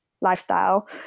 lifestyle